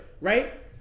Right